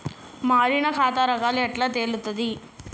మారిన ఖాతా రకాలు ఎట్లా తెలుత్తది?